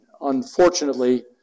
unfortunately